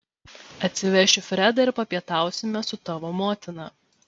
atsivešiu fredą ir papietausime su tavo motina